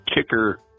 Kicker